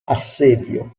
assedio